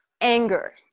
anger